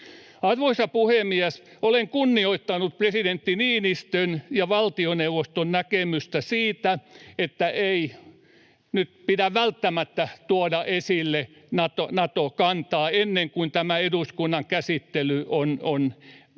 Arvoisa puhemies! Olen kunnioittanut presidentti Niinistön ja valtioneuvoston näkemystä siitä, että ei nyt pidä välttämättä tuoda esille Nato-kantaa ennen kuin tämä eduskunnan käsittely on edennyt